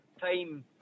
time